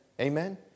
Amen